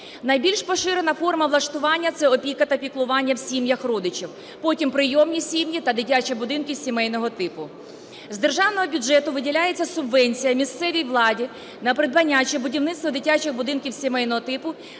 Найбільш поширена форма влаштування – це опіка та піклування в сім'ях родичів, потім прийомні сім'ї та дитячі будинки сімейного типу. З державного бюджету виділяється субвенція місцевій владі на придбання чи будівництво дитячих будинків сімейного типу